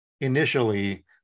initially